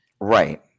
Right